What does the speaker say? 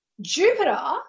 Jupiter